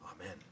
Amen